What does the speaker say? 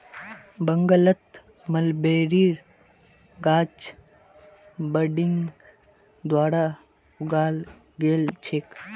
जंगलत मलबेरीर गाछ बडिंग द्वारा उगाल गेल छेक